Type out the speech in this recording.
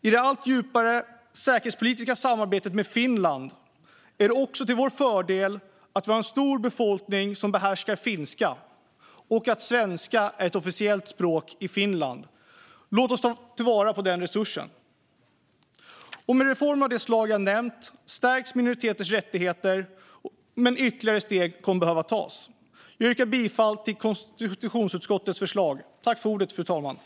I det allt djupare säkerhetspolitiska samarbetet med Finland är det också till vår fördel att vi har en stor befolkning som behärskar finska och att svenska är ett officiellt språk i Finland. Låt oss ta till vara den resursen. Med reformer av det slag som jag har nämnt stärks minoriteters rättigheter, men ytterligare steg kommer att behöva tas. Jag yrkar bifall till förslaget i konstitutionsutskottets betänkande.